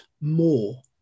more